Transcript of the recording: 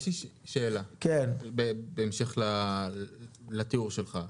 יש לי שאלה בהמשך לתיאור שלך.